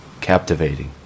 Captivating